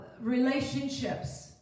relationships